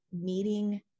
meeting